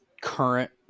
current